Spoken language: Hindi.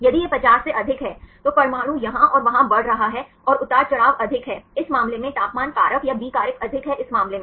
यदि यह 50 से अधिक है तो परमाणु यहां और वहां बढ़ रहा है और उतार चढ़ाव अधिक है इस मामले में तापमान कारक या बी कारक अधिक है इस मामले में